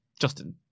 Justin